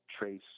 trace